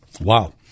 Wow